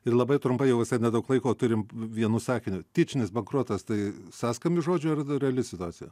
ir labai trumpai jau visai nedaug laiko turim vienu sakiniu tyčinis bankrotas tai sąskambis žodžiu ar reali situacija